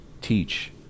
Teach